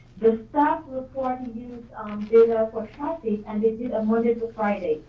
the staff report used data for traffic and they did monday to friday.